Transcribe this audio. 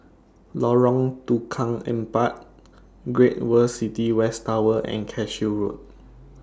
Lorong Tukang Empat Great World City West Tower and Cashew Road